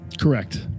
Correct